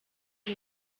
uyu